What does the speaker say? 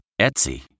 Etsy